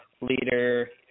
leader